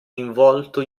involto